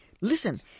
listen